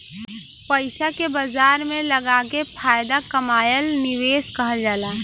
पइसा के बाजार में लगाके फायदा कमाएल निवेश कहल जाला